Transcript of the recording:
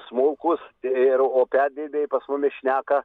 smulkūs ir o perdirbėjai pas mumis šneka